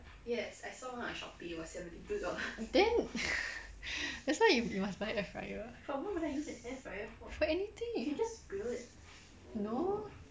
then that's why you must buy air fryer for anything no